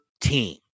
team